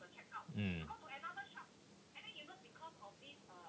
mm